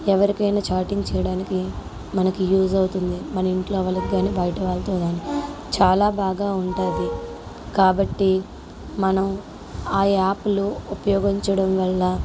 ఎవరికైనా చాటింగ్ చేయడానికి మనకి యూజ్ అవుతుంది మన ఇంట్లో వాళ్ళకు గానీ బయట వాళ్ళతో గానీ చాలా బాగా ఉంటాది కాబట్టి మనం ఆ యాప్లు ఉపయోగించడం వల్ల